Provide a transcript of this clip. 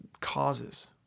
causes